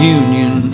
union